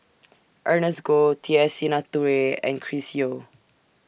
Ernest Goh T S Sinnathuray and Chris Yeo